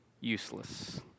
useless